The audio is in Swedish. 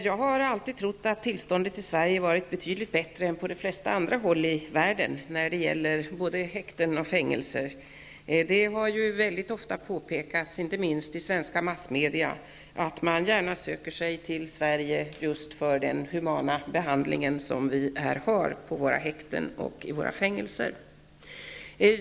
Jag har alltid trott att tillståndet i Sverige när det gäller både häkten och fängelser varit betydligt bättre än på de flesta andra håll i världen. Det har ofta påpekats, inte minst i svenska massmedia, att man gärna söker sig till Sverige just på grund av den humana behandling som vi här har på våra häkten och i våra fängelser.